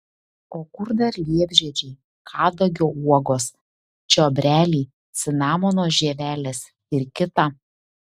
o kur dar liepžiedžiai kadagio uogos čiobreliai cinamono žievelės ir kita